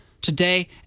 today